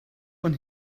when